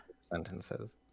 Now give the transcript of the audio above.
sentences